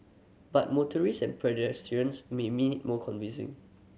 but motorists and pedestrians may need more convincing